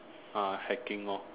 uh hacking hor